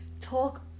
talk